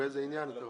באיזה עניין אתה רוצה?